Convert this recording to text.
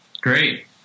Great